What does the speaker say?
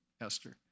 Esther